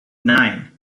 nine